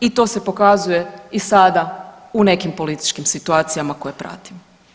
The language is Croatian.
I to se pokazuje i sada u nekim političkim situacijama koje pratim.